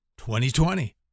2020